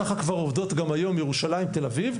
כמו ירושלים ותל אביב,